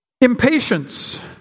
Impatience